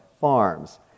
Farms